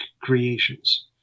creations